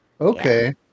Okay